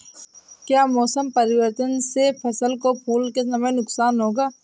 क्या मौसम परिवर्तन से फसल को फूल के समय नुकसान होगा?